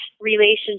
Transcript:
relationship